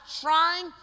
trying